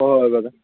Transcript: ꯍꯣꯏ ꯍꯣꯏ ꯕ꯭ꯔꯗꯔ